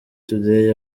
today